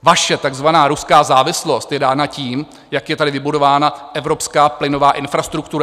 Vaše takzvaná ruská závislost je dána tím, jak je tady vybudována evropská plynová infrastruktura.